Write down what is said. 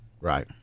Right